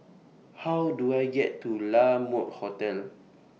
How Do I get to La Mode Hotel